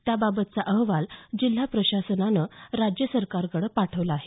त्याबाबतचा अहवाल जिल्हा प्रशासनानं राज्य सरकारकडे पाठवला आहे